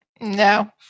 No